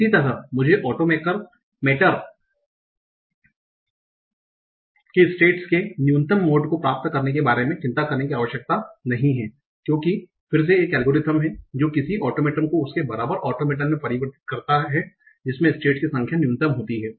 इसी तरह मुझे ऑटोमेटर के स्टेट्स के न्यूनतम मोड को प्राप्त करने के बारे में चिंता करने की आवश्यकता नहीं है क्योंकि फिर से एक एल्गोरिथ्म है जो किसी भी ऑटोमेटन को उसके बराबर ऑटोमेटन में परिवर्तित करता है जिसमें स्टेट्स की संख्या न्यूनतम होती है